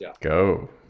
Go